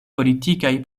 politikaj